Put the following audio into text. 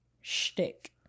shtick